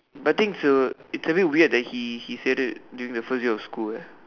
but the thing is it's a bit weird that he he said it during the first day of school eh